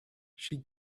she